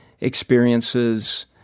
experiences